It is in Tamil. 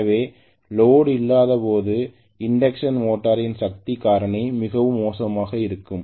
எனவே லோட் இல்லாதபோது இண்டக்க்ஷன்மோட்டாரின் சக்தி காரணி மிகவும் மோசமாக இருக்கும்